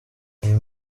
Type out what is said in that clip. uyu